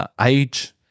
age